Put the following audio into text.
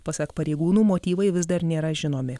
pasak pareigūnų motyvai vis dar nėra žinomi